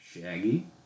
Shaggy